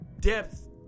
Depth